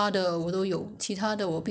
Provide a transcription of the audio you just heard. so only two items